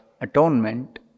atonement